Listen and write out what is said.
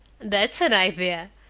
that's an idea!